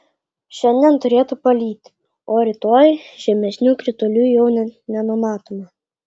šiandien turėtų palyti o rytoj žymesnių kritulių jau nenumatoma